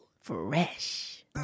Fresh